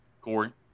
Corey